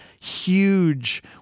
huge